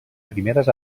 primeres